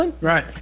Right